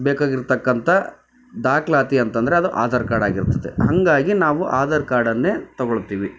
ಬೇಕಾಗಿರ್ತಕ್ಕಂಥ ದಾಖಲಾತಿ ಅಂತ ಅಂದರೆ ಅದು ಆಧಾರ್ ಕಾರ್ಡ್ ಆಗಿರ್ತದೆ ಹಾಗಾಗಿ ನಾವು ಆಧಾರ್ ಕಾರ್ಡನ್ನೇ ತೊಗೊಳ್ತೀವಿ